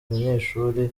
banyeshuli